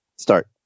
Start